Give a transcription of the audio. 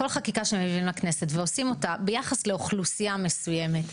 כל חקיקה שמביאים לכנסת ועושים אותה ביחס לאוכלוסייה מסוימת,